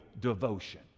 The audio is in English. devotion